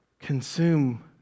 Consume